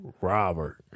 Robert